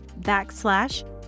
backslash